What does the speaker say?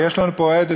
ויש לנו פה עד,